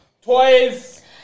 toys